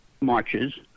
marches